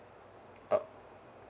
uh